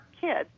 kids